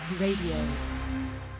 radio